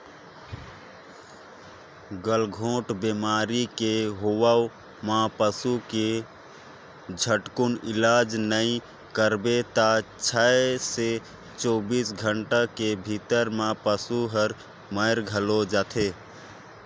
गलाघोंट बेमारी के होवब म पसू के झटकुन इलाज नई कराबे त छै से चौबीस घंटा के भीतरी में पसु हर मइर घलो जाथे